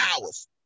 hours